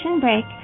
break